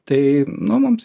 tai nu mums